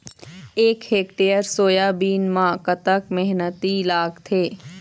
एक hectare soyabean म कतक मेहनती लागथे?